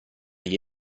gli